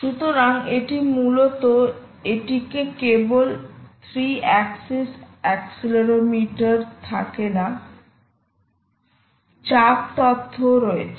সুতরাং এটি মূলত এটিতে কেবল 3 অ্যাক্সিস অ্যাকসিলোমিটার থাকে না চাপ তথ্য ও রয়েছে